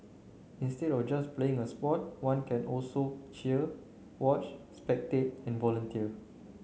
instead of just playing a sport one can also cheer watch spectate and volunteer